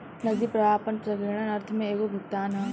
नगदी प्रवाह आपना संकीर्ण अर्थ में एगो भुगतान ह